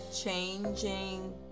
Changing